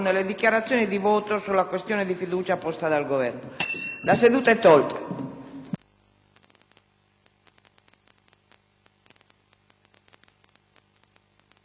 La seduta è tolta